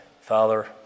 Father